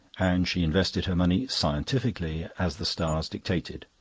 and she invested her money scientifically, as the stars dictated.